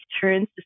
turns